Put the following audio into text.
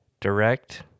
direct